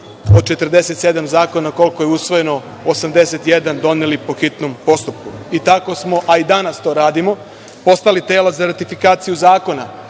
od 47 zakona, koliko je usvojeno, 81 doneli po hitnom postupku. I tako smo, a i danas to radimo, postali telo za ratifikaciju zakona